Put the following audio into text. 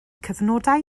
cyfnodau